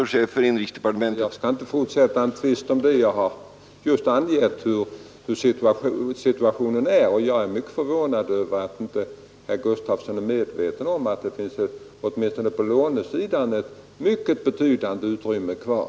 Herr talman! Jag skall inte fortsätta en tvist om detta; jag har angivit hurdan situationen är, och jag är mycket förvånad över att inte herr Gustavsson i Alvesta är medveten om att det åtminstone på lånesidan finns ett mycket betydande utrymme kvar.